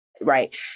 right